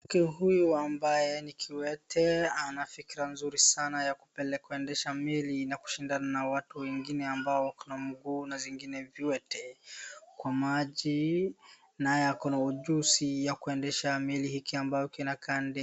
Mtu huyu ambaye ni kiwete anafrika nzuri sana yakupeleka meli na kushindana na watu wengine ambao wakona mguu na wengine viwete kwa maji naye akona ujuzi ya kuendesha meli hiki ambao kinakaa ndege